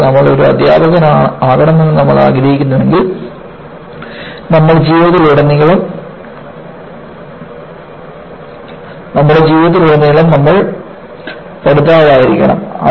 കൂടാതെ നമ്മൾ ഒരു അധ്യാപകനാകണമെന്ന് നമ്മൾ ആഗ്രഹിക്കുന്നെങ്കിൽ നമ്മുടെ ജീവിതത്തിലുടനീളം നമ്മൾ ഒരു പഠിതാവായിരിക്കണം